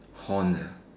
horns